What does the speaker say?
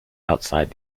outside